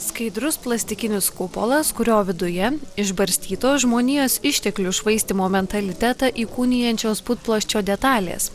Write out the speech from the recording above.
skaidrus plastikinis kupolas kurio viduje išbarstytos žmonijos išteklių švaistymo mentalitetą įkūnijančios putplasčio detalės